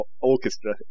orchestra